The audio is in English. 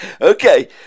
Okay